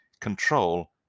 control